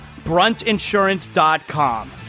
BruntInsurance.com